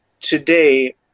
today